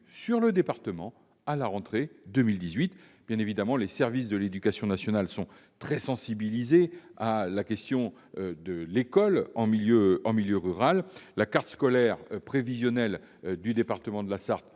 dans ce département pour la rentrée 2018. Bien entendu, les services de l'éducation nationale sont très sensibilisés à la situation de l'école en milieu rural. La carte scolaire prévisionnelle du département de la Sarthe